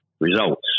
results